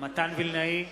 מתן וילנאי,